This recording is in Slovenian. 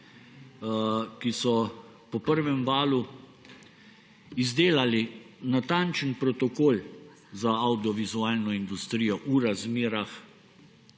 ki so po prvem valu izdelali natančen protokol za avdiovizualno industrijo v razmerah